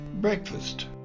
breakfast